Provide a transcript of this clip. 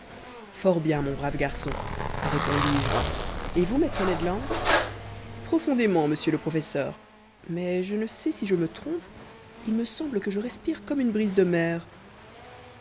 fort bien mon brave garçon répondis-je et vous maître ned land profondément monsieur le professeur mais je ne sais si je me trompe il me semble que je respire comme une brise de mer